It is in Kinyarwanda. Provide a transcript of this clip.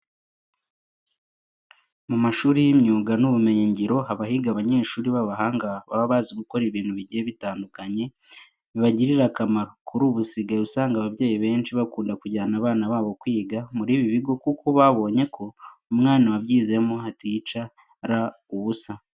Mu mashuri y'imyuga n'ubumenyingiro haba higa abanyeshuri b'abahanga baba bazi gukora ibintu bigiye bitandukanye bibagirira akamaro. Kuri ubu usigaye usanga ababyeyi benshi bakunda kujyana abana babo kwiga muri ibi bigo kuko babonye ko umwana wabyizemo aticara ubusa.